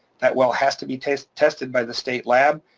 that well has to be tested tested by the state lab.